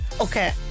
Okay